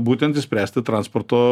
būtent išspręsti transporto